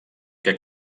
que